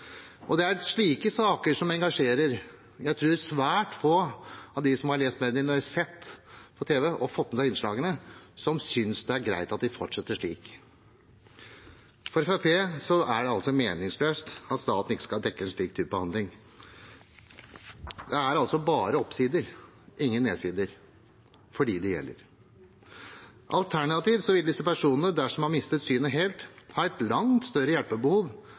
Det er slike saker som engasjerer. Jeg tror det er svært få av de som har lest dette i mediene, sett på tv og fått med seg innslagene, som synes det er greit at vi fortsetter slik. For Fremskrittspartiet er det meningsløst at staten ikke skal dekke en slik type behandling. Det er bare oppsider, ingen nedsider, for dem det gjelder. Alternativt vil disse personene, dersom man mister synet helt, ha et langt større hjelpebehov